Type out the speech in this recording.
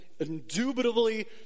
indubitably